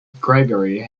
gregory